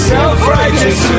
Self-righteous